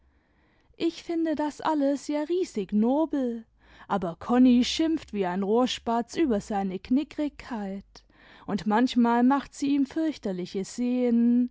ich fmde das alles ja riesig nobel aber konni schimpft wie ein rohrspatz über seine knickrigkeit und manchmal macht sie ihm fürchterliche szenen